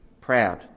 proud